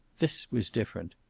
this was different.